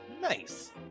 Nice